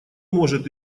может